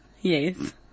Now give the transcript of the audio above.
Yes